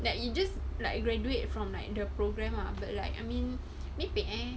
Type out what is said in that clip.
like you just like you graduate from like the programme lah but like I mean merepek eh